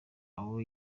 abo